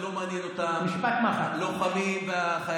לא מעניינים אותה הלוחמים והחיילים,